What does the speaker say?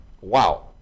Wow